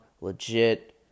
legit